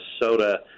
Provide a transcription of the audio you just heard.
Minnesota